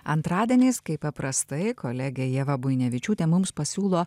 antradieniais kaip paprastai kolegė ieva buinevičiūtė mums pasiūlo